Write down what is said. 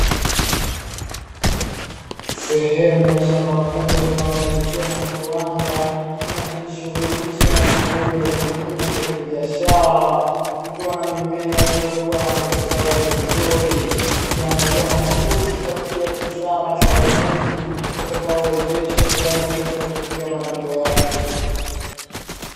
Sehemu ya shamba kubwa linalomilikiwa na kiwanda kinachojishughulisha na shughuli ya kilimo cha kibiashara, kikiwa na mimea iliyokua na kustawi vizuri iliyoandaliwa mahususi kwa ajili ya kuzaa mazao mengi yatakayowezesha kiwanda hicho kufikia malengo yake.